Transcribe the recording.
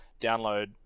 download